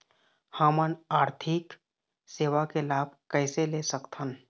हमन आरथिक सेवा के लाभ कैसे ले सकथन?